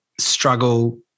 struggle